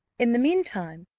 in the mean time,